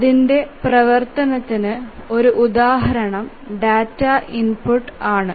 അതിന്റെ പ്രവർത്തനത്തിന്റെ ഒരു ഉദാഹരണം ഡാറ്റ ഇൻപുട്ട് ആണ്